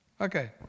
Okay